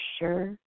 sure